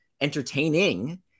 entertaining